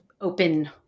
open